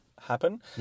happen